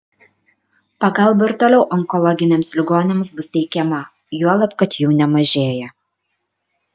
pagalba ir toliau onkologiniams ligoniams bus teikiama juolab kad jų nemažėja